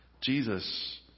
Jesus